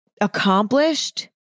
accomplished